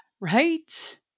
Right